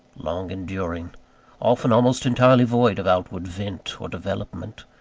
long enduring often almost entirely void of outward vent or development.